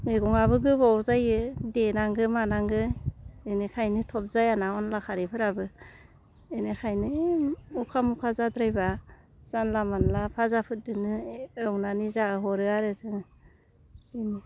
मेगङाबो गोबाव जायो देनांगौ मानांगौ बेनिखायनो थाब जायाना अनला खारैफोराबो बेनिखायनो अखा मखा जाद्रायबा जानला मोनला फाजाफोरदोनो एवनानै जाहोहरो आरो जों बेनो